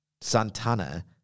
Santana